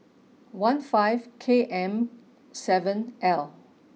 one five K M seven L